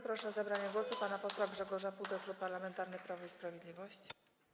Proszę o zabranie głosu pana posła Grzegorza Pudę, Klub Parlamentarny Prawo i Sprawiedliwość.